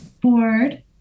board